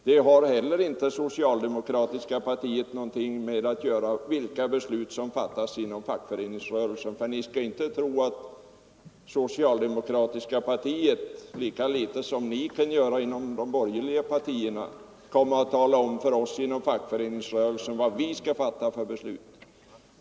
Det har heller inte socialdemokratiska partiet någonting med att göra. Ni skall inte tro att socialdemokratiska partiet, lika litet som ni inom de borgerliga partierna, kan komma och tala om för oss inom fackföreningsrörelsen vad vi skall fatta för beslut.